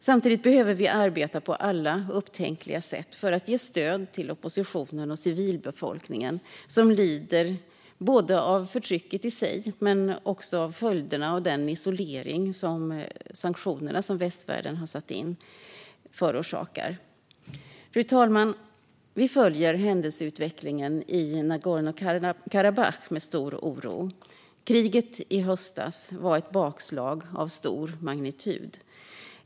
Samtidigt behöver vi arbeta på alla upptänkliga sätt för att ge stöd till oppositionen och civilbefolkningen som lider av både förtrycket i sig och följderna av den isolering som sanktionerna västvärlden har satt in förorsakar. Fru talman! Vi följer händelseutvecklingen i Nagorno-Karabach med stor oro. Kriget i höstas var ett bakslag av stor magnitud.